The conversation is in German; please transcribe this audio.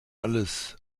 alles